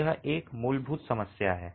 तो यह एक मूलभूत समस्या है